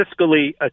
fiscally